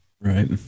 Right